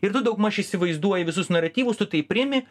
ir tu daugmaž įsivaizduoji visus naratyvus tu tai priimi